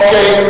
אוקיי.